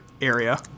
area